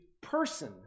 person